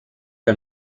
que